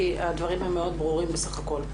כי הדברים הם בסך הכול מאוד ברורים.